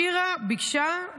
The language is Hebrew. שירה ביקשה,